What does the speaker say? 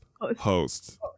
host